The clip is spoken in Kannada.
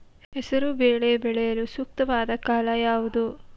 ಹೆಸರು ಬೇಳೆ ಬೆಳೆಯಲು ಸೂಕ್ತವಾದ ಕಾಲ ಯಾವುದು?